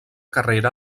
carrera